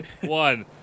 one